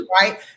Right